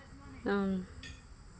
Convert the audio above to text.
ᱟᱨ